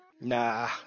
nah